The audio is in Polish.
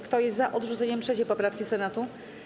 Kto jest za odrzuceniem 3. poprawki Senatu?